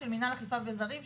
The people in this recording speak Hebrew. של מינהל אכיפה וזרים,